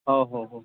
हो हो हो